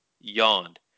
yawned